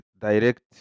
direct